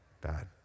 bad